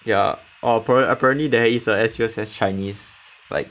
ya orh appare~ apparently there is S_U_S_S chinese like